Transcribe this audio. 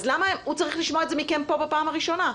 אז למה הוא צריך לשמוע את זה מכם פה בפעם הראשונה?